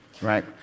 right